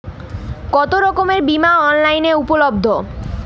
কতোরকমের বিমা অনলাইনে উপলব্ধ?